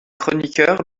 chroniqueur